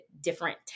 different